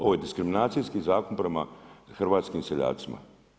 Ovo je diskriminacijski zakon prema hrvatskim seljacima.